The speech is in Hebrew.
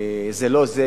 זה לא זה,